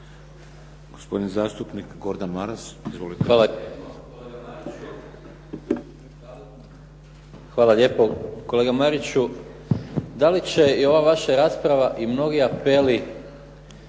(SDP)** Hvala lijepo kolega Mariću, da li će i ova vaša rasprava i mnogi apeli